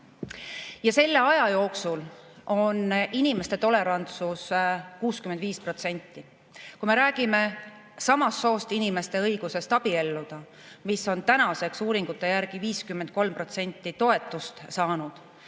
Ja selle aja jooksul on inimeste tolerantsus olnud 65%. Kui me räägime samast soost inimeste õigusest abielluda, mis on tänaseks uuringute järgi 53% toetust saanud,